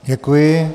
Děkuji.